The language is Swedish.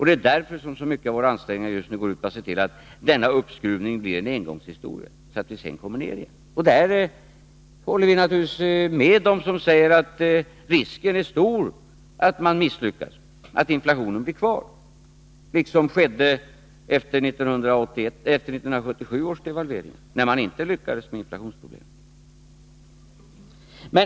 Det är därför som så mycket av våra ansträngningar just nu går ut på att se till att denna uppskruvning blir en engångshistoria, så att vi kommer ned igen. Där håller vi naturligtvis med dem som säger att risken är stor att man misslyckas — att inflationen blir kvar, på samma sätt som skedde efter 1977 års devalvering när man inte lyckades bemästra inflationsproblemet.